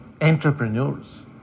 entrepreneurs